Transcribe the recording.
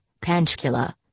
Panchkula